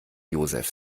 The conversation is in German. joseph